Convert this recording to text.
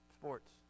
sports